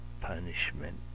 punishment